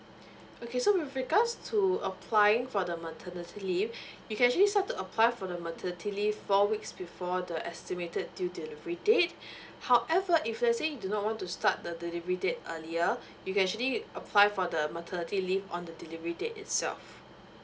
okay so with regards to applying for the maternity leave you can actually start to apply for the maternity leave four weeks before the estimated due delivery date however if let's say you do not want to start the delivery date earlier you can actually apply for the maternity leave on the delivery date itself